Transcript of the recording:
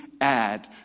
add